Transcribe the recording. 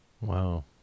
Wow